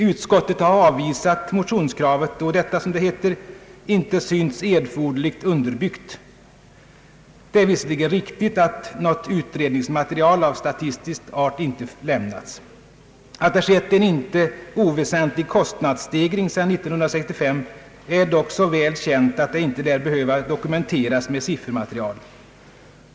Utskottet har avvisat motionskravet, då detta, som det heter, inte synts »erforderligt underbyggt». Det är visserligen riktigt, att något utredningsmaterial av statistisk art inte lämnats. Att det skett en inte oväsentlig kostnadsstegring sedan 1965 är dock så väl känt, att det inte lär behöva dokumenteras med siffermaterial.